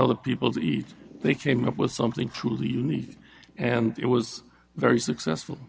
other people to eat they came up with something truly unique and it was very successful